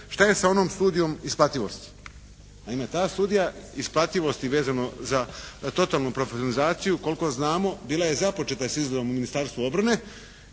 šta je sa onom studijom isplativosti. Naime ta studija isplativosti vezano za totalnu profesionalizaciju koliko znamo bila je započeta s izradom u Ministarstvu obrane